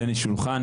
טניס שולחן.